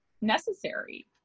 necessary